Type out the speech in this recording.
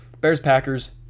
Bears-Packers